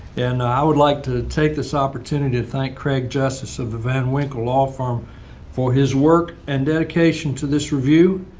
and i would like to take this opportunity to thank craig justice of the van winkle law firm for his work and dedication to this review.